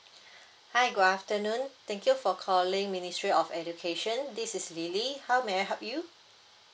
hi good afternoon thank you for calling ministry of education this is lily how may I help you